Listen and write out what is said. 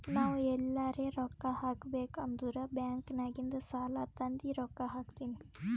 ನಾವ್ ಎಲ್ಲಾರೆ ರೊಕ್ಕಾ ಹಾಕಬೇಕ್ ಅಂದುರ್ ಬ್ಯಾಂಕ್ ನಾಗಿಂದ್ ಸಾಲಾ ತಂದಿ ರೊಕ್ಕಾ ಹಾಕ್ತೀನಿ